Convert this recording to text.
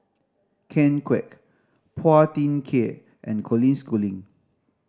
Ken Kwek Phua Thin Kiay and Colin Schooling